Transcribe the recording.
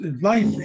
life